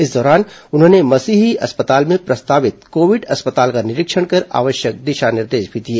इस दौरान उन्होंने मसीही अस्पताल में प्रस्तावित कोविड अस्पताल का निरीक्षण कर आवश्यक दिशा निर्देश भी दिए